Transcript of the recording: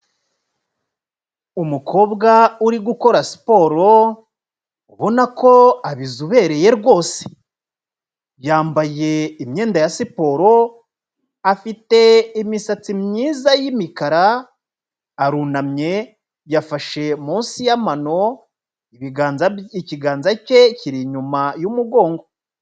Umukobwa uri gukora siporo urabona ko abizobereye rwose, yambaye imyenda ya siporo afite imisatsi myiza y'imikara arunamye yafashe munsi y'amano, ibiganza bye ikiganza cye kiri inyuma y'umugongo.